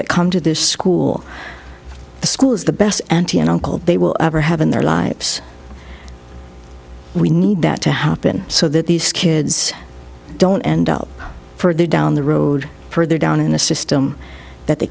that come to this school the school is the best auntie and uncle they will ever have in their lives we need that to happen so that these kids don't end up further down the road further down in the system that they